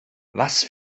was